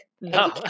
no